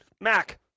Mac